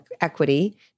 equity